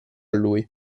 lui